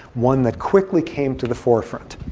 one that quickly came to the forefront.